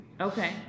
Okay